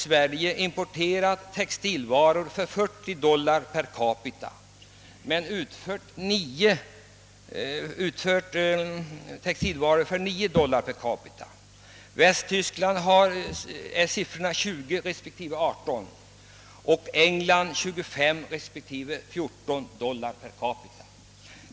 Sverige har importerat textilvaror för 40 dollar per capita men utfört sådana för 9 dollar. För Västtyskland är siffrorna 20 respektive 18 och för England 25 respektive 14 dollar per capita.